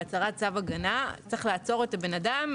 בהפרת צו הגנה צריך לעצור את הבן אדם,